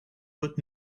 put